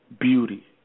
beauty